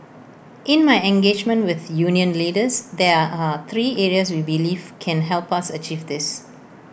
in my engagement with union leaders there are three areas we believe can help us achieve this